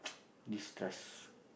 this trust